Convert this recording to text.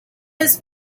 has